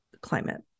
climate